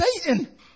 Satan